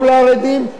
טוב לחרדים,